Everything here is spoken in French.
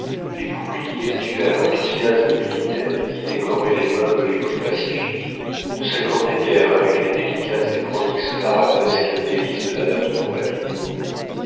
les boucliers dus à l'enthousiasme militaire et qui décoraient les meubles les plus pacifiques ne s'accordaient guère avec les délicates et prolixes arabesques délices de madame de